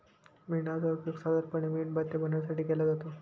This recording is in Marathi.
मेणाचा उपयोग साधारणपणे मेणबत्त्या बनवण्यासाठी केला जातो